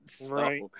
Right